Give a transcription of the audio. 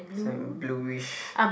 some bluish